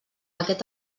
aquest